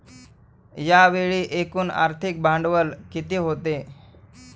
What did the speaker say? यावेळी एकूण आर्थिक भांडवल किती होते?